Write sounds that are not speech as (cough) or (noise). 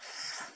(noise)